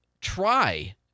try